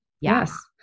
Yes